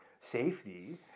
safety